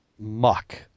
muck